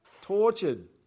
Tortured